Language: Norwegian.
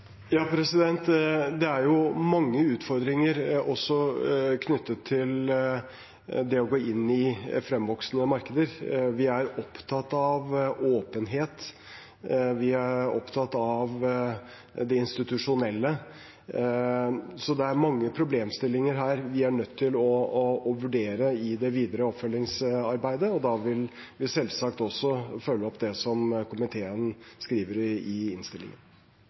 Det er jo mange utfordringer knyttet til det å gå inn i fremvoksende markeder. Vi er opptatt av åpenhet. Vi er opptatt av det institusjonelle. Så det er mange problemstillinger her vi er nødt til å vurdere i det videre oppfølgingsarbeidet, og da vil vi selvsagt også følge opp det komiteen skriver i innstillingen.